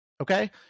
Okay